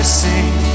sing